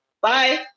bye